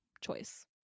choice